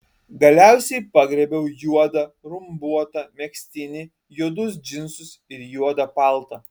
galiausiai pagriebiau juodą rumbuotą megztinį juodus džinsus ir juodą paltą